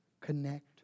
connect